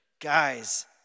guys